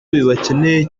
bibakeneye